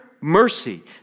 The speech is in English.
mercy